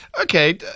Okay